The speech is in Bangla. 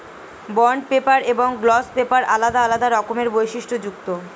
বন্ড পেপার এবং গ্লস পেপার আলাদা আলাদা রকমের বৈশিষ্ট্যযুক্ত